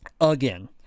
Again